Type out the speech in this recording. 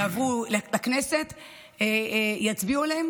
יועברו לכנסת, יצביעו עליהן,